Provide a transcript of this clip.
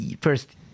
first